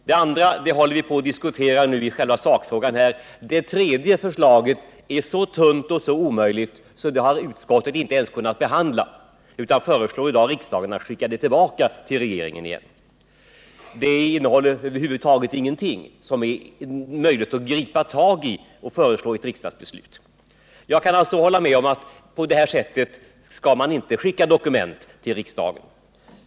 Det andra håller vi nu på och diskuterar i själva sakfrågan. Det tredje förslaget är så tunt och så omöjligt, att det har utskottet inte ens kunnat behandla, utan vi föreslår i dag riksdagen att skicka det tillbaka till regeringen. Det innehåller över huvud taget ingenting som är möjligt att gripa tag i och föreslå ett riksdagsbeslut om. Jag kan alltså hålla med om att på det här sättet skall man inte skicka dokument till riksdagen.